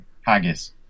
haggis